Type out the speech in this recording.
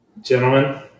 Gentlemen